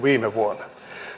viime vuonna